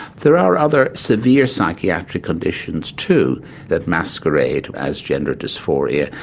there are other severe psychiatric conditions too that masquerade as gender dysphoria.